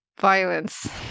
violence